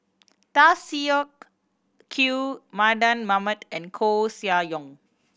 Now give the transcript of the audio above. Tan Siak Kew Mardan Mamat and Koeh Sia Yong